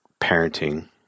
parenting